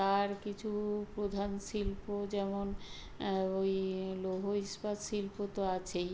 তার কিচু প্রধান শিল্প যেমন ওই লৌহ ইস্পাত শিল্প তো আছেই